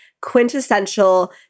quintessential